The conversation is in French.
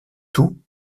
tout